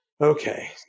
okay